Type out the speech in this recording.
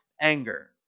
anger